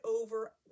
over